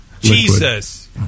Jesus